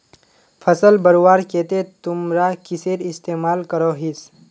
फसल बढ़वार केते तुमरा किसेर इस्तेमाल करोहिस?